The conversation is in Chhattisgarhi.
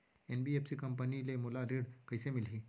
एन.बी.एफ.सी कंपनी ले मोला ऋण कइसे मिलही?